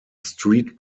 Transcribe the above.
street